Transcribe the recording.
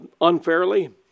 unfairly